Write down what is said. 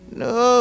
no